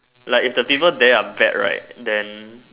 like if the people there are bad right then